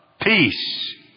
Peace